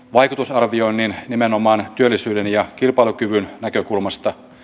vaikutusarvioinnin nimenomaan työllisyyden ja kilpailukyvyn näkökulmasta